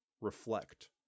Reflect